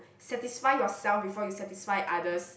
satisfy yourself before you satisfy others